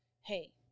hey